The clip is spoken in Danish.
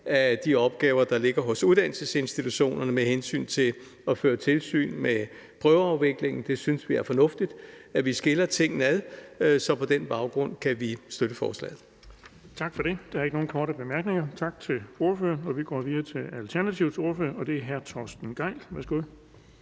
af de opgaver, der ligger hos uddannelsesinstitutionerne med hensyn til at føre tilsyn med prøveafviklingen. Vi synes, det er fornuftigt, at vi skiller tingene ad, så på den baggrund kan vi støtte forslaget. Kl. 17:47 Den fg. formand (Erling Bonnesen): Der er ikke nogen korte bemærkninger, så tak til ordføreren. Og vi går videre til Alternativets ordfører, og det er hr. Torsten Gejl. Værsgo.